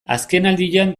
azkenaldian